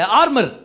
armor